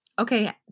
Okay